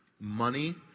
Money